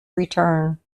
return